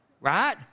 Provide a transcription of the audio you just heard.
right